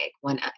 one